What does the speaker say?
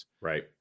Right